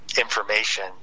information